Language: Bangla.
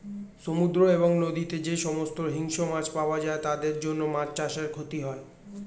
সমুদ্র এবং নদীতে যে সমস্ত হিংস্র মাছ পাওয়া যায় তাদের জন্য মাছ চাষে ক্ষতি হয়